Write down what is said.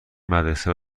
مدرسه